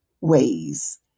ways